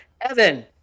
Evan